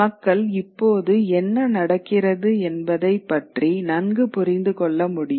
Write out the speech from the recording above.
மக்கள் இப்போது என்ன நடக்கிறது என்பதைப் பற்றி நன்கு புரிந்து கொள்ள முடியும்